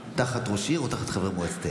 תחת ראש עיר או תחת חבר מועצת העיר,